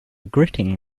gritting